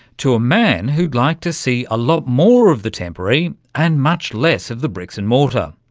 to a man who'd like to see a lot more of the temporary and much less of the bricks-and-mortar.